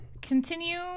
continue